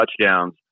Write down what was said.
touchdowns